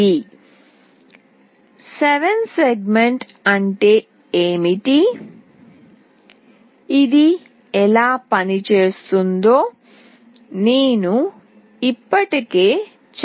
7 segment అంటే ఏమిటి ఇది ఎలా పనిచేస్తుందో నేను ఇప్పటికే చర్చించాను